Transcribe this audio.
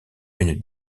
une